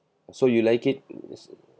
so you like it